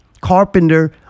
carpenter